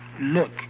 Look